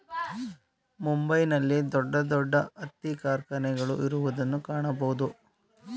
ಮುಂಬೈ ನಲ್ಲಿ ದೊಡ್ಡ ದೊಡ್ಡ ಹತ್ತಿ ಕಾರ್ಖಾನೆಗಳು ಇರುವುದನ್ನು ಕಾಣಬೋದು